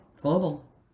global